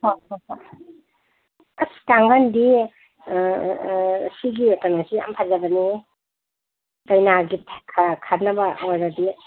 ꯑꯥ ꯍꯣꯏ ꯍꯣꯏ ꯑꯁ ꯀꯥꯡꯈꯜꯗꯤ ꯁꯤꯒꯤ ꯀꯩꯅꯣꯁꯤ ꯌꯥꯝ ꯐꯖꯕꯅꯦꯍꯦ ꯀꯩꯅꯥꯒꯤ ꯈꯟꯅꯕ ꯑꯣꯏꯔꯗꯤ